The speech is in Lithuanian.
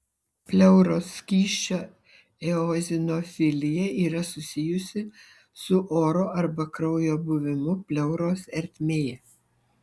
pleuros skysčio eozinofilija yra susijusi su oro arba kraujo buvimu pleuros ertmėje